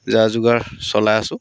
যা যোগাৰ চলাই আছোঁ